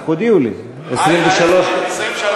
23,